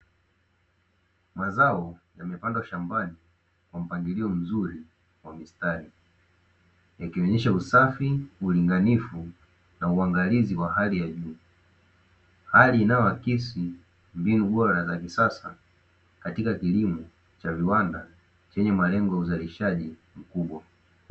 Mazao yamepandwa shambani kwa mpangilio mzuri wa mstari yakionesha usafi, ulinganifu na uangalizi wa hali ya juu. Hali ianyoaakisi mbinu bora na kisasa katika kilimo cha viwanda chenye malengo ya uzalishaji mkubwa.